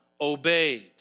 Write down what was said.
obeyed